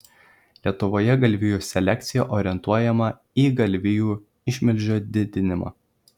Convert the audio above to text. lietuvoje galvijų selekcija orientuojama į galvijų išmilžio didinimą